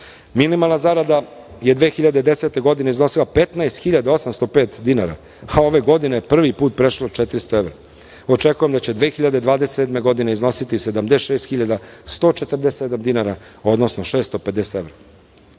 mesečno. Minimalna zarada je 2010. godine iznosila 15.805 dinara, a ove godine je prvi put prešla 400 evra. Očekujem da će 2027. godine iznositi 76.147 dinara, odnosno 650 evra. Kada